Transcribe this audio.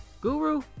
Guru